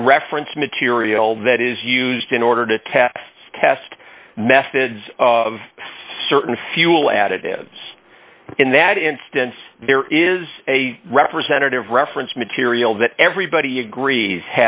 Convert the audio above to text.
a reference material that is used in order to test test methods of certain fuel additives in that instance there is a representative reference material that everybody agrees